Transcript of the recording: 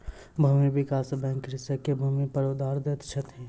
भूमि विकास बैंक कृषक के भूमिपर उधार दैत अछि